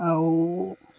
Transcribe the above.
ଆଉ